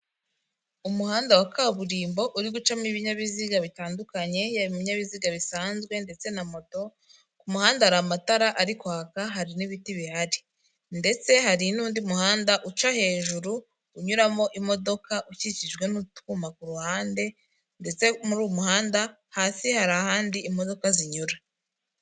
Umuhanda wa kaburimbo uri gucamo ibinyabiziga bitandukanye ya bininyabiziga bisanzwe ndetse na moto ku muhanda hari amatara arikoka hari n'ibiti bihari ndetse hari n'undi muhanda uca hejuru unyuramo imodoka ukikijwe n'utwuyuma ku ruhande ndetse muriumuhanda hasi hari ahandi imodoka zinyura